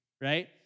right